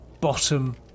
bottom